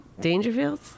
Dangerfields